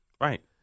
Right